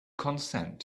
consent